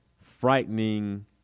frightening